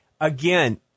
Again